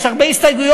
יש הרבה הסתייגויות,